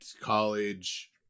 college